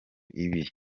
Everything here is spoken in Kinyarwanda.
ibi